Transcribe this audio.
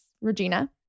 Regina